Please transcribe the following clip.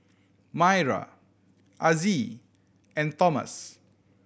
Mayra Azzie and Tomas